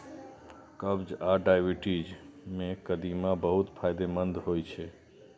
कब्ज आ डायबिटीज मे कदीमा बहुत फायदेमंद होइ छै